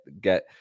get